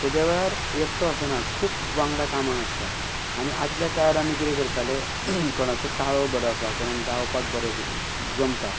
तेद्या वेळार एकटो आसना खूब वांगडा कामाक आसता आनी आदल्या काळार आमी कितें करताले कोणाचो ताळो बरो आसा कोणाक गावपाक बरे जमता